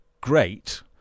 great